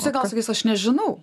jisai gal sakys aš nežinau